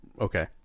Okay